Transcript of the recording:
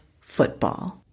football